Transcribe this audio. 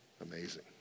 Amazing